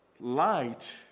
light